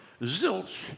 zilch